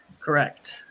Correct